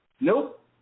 nope